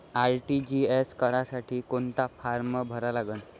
RTGS करासाठी कोंता form भरा लागन?